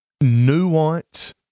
Nuance